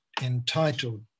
entitled